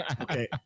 Okay